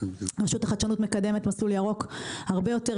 הרבה יותר קל להביא ויזת עבודה לטאלנט זר.